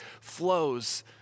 flows